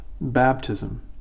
baptism